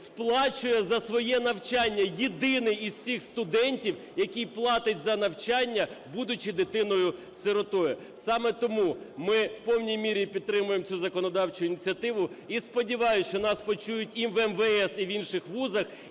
сплачує за своє навчання, єдиний із всіх студентів, який платить за навчання, будучи дитиною-сиротою. Саме тому ми в повній мірі підтримуємо цю законодавчу ініціативу, і сподіваюсь, що нас почують і в МВС, і в інших вузах